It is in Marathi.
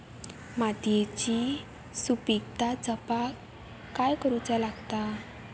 मातीयेची सुपीकता जपाक काय करूचा लागता?